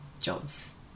jobs